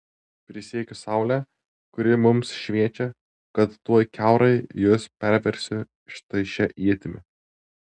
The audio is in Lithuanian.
prisiekiu saule kuri mums šviečia kad tuoj kiaurai jus perversiu štai šia ietimi